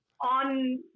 on